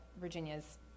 Virginia's